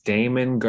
Damon